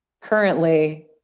currently